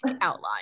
outline